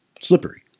slippery